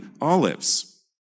olives